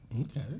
okay